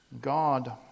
God